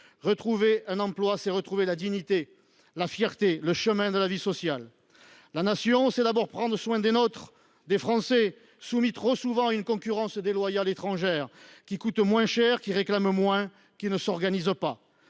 Retrouver un emploi, c’est retrouver la dignité, la fierté, le chemin de la vie sociale. La Nation consiste à prendre d’abord soin des nôtres, des Français, trop souvent soumis à une concurrence étrangère déloyale, qui coûte moins cher, qui réclame moins, qui ne s’organise pas.